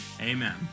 Amen